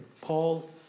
Paul